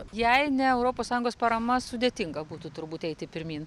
jei ne europos sąjungos parama sudėtinga būtų turbūt eiti pirmyn